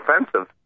offensive